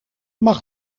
mag